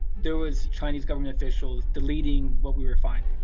there was chinese government officials deleting what we were finding.